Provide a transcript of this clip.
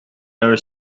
hour